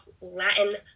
Latin